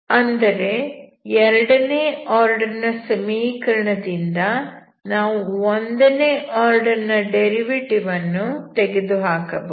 ಅಂದರೆ ಎರಡನೇ ಆರ್ಡರ್ ನ ಸಮೀಕರಣ ದಿಂದ ನಾವು ಒಂದನೇ ಆರ್ಡರ್ ನ ಡೆರಿವೆಟಿವ್ ಅನ್ನು ತೆಗೆದುಹಾಕಬಹುದು